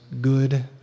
Good